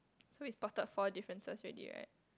so is spotted four differences already right